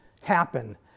happen